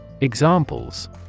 Examples